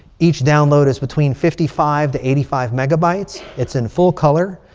each download is between fifty five to eighty five megabytes. it's in full color.